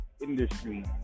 industry